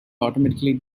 automatically